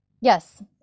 yes